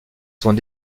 sont